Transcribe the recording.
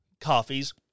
coffees